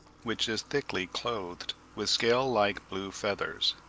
which is thickly clothed with scale-like blue feathers.